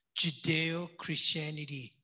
Judeo-Christianity